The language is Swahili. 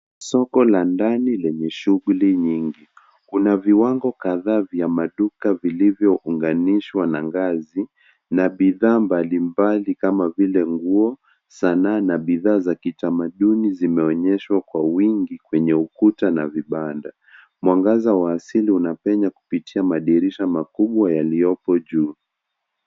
Soko la ndani lenye shughuli nyingi. Kuna viwango kadhaa vya maduka vilivyounganishwa na ngazi, na bidhaa mbalimbali kama vile nguo, sanaa na bidhaa za kitamaduni zimeonyeshwa kwa wingi kwenye ukuta na vibanda. Mwangaza wa asili unapenya kupitia madirisha makubwa yaliyoko juu.